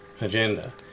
agenda